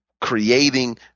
creating